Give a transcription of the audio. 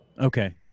okay